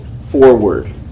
forward